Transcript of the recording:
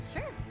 Sure